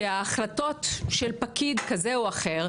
שהחלטות פקיד זה או אחר,